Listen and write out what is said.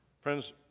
Friends